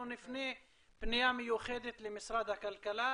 אנחנו נפנה פנייה מיוחדת למשרד הכלכלה,